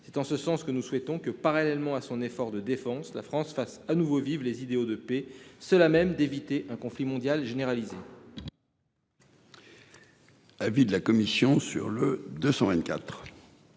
En ce sens, nous souhaitons que, parallèlement à son effort de défense, la France fasse de nouveau vivre les idéaux de paix, seuls à même d'éviter un conflit mondial généralisé.